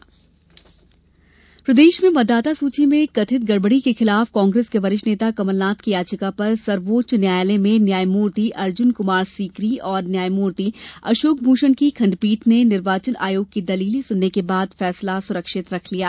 मतदाता सुची प्रदेश में मतदाता सूची में कथित गड़बड़ी के खिलाफ कांग्रेस के वरिष्ठ नेता कमलनाथ की याचिका पर सर्वोच्च न्यायालय में न्यायमूर्ति अर्जुन कमार सीकरी और न्यायमूर्ति अशोक भूषण की खंडपीठ ने निर्वाचन आयोग की दलीलें सुनने के बाद फैसला सुरक्षित रख लिया